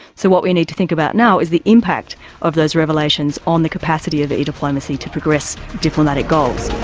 so what we need to think about now is the impact of those revelations on the capacity of e-diplomacy to progress diplomatic goals.